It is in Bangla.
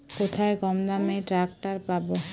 কোথায় কমদামে ট্রাকটার পাব?